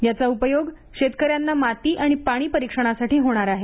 याचा उपयोग शेतकऱ्यांना माती आणि पाणी परीक्षणासाठी होणार आहे